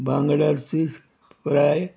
बांगड्याचीच fry